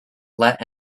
let